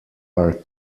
are